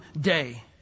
day